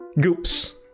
Goops